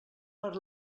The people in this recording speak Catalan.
per